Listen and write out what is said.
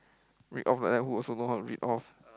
read off like that who also don't know how to read off